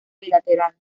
bilateral